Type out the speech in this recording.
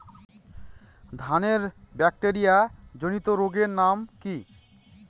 ধানের ব্যাকটেরিয়া জনিত রোগের নাম কি?